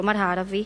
כלומר הערבי,